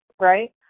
right